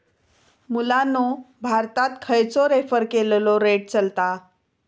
मुलांनो भारतात खयचो रेफर केलेलो रेट चलता?